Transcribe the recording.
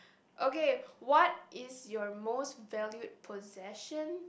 okay what is your most valued possession